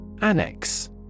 Annex